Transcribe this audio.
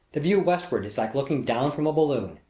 the view westward is like looking down from a balloon.